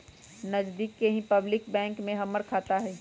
नजदिके के ही पब्लिक बैंक में हमर खाता हई